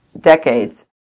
decades